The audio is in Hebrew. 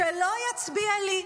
שלא יצביע לי".